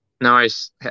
Nice